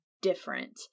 different